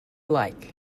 like